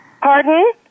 Pardon